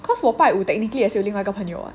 cause 我拜五 technically 也是有另外一个朋友 what